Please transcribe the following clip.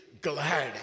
glad